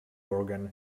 organ